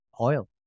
oil